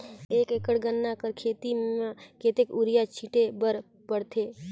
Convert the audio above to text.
एक एकड़ गन्ना कर खेती म कतेक युरिया छिंटे बर पड़थे?